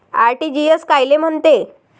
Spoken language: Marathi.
आर.टी.जी.एस कायले म्हनते?